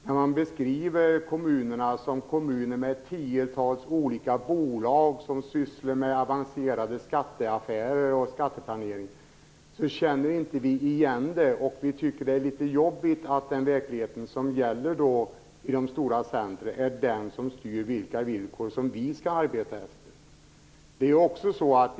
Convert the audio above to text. När man beskriver kommunerna som kommuner med tiotals olika bolag som sysslar med avancerade skatteaffärer och skatteplanering känner jag inte igen det. Jag tycker att det är litet jobbigt att den verklighet som gäller i storstadsregioner är den som styr vilka villkor som vi som bor i små kommuner skall arbeta efter.